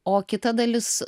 o kita dalis